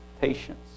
patience